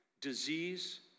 disease